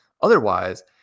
otherwise